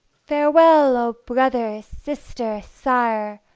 farewell, o brother, sister, sire!